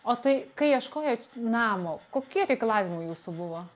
o tai kai ieškojo namo kokie reikalavimai jūsų buvo